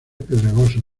pedregosos